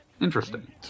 Interesting